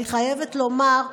אני חייבת לומר,